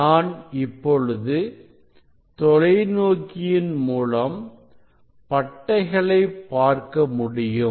நான் இப்பொழுது தொலைநோக்கியின் மூலம் பட்டைகளை பார்க்க முடியும்